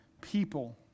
people